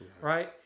right